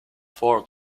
four